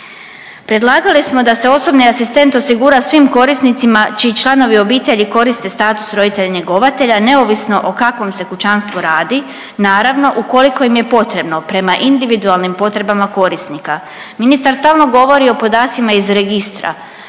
Predlagali smo da se osobni asistent osigura svim korisnicima čiji članovi obitelji koriste status roditelja njegovatelja neovisno o kakvom se kućanstvu radi, naravno ukoliko im je potrebno prema individualnim potrebama korisnika. Ministar stalno govori o podacima iz registra,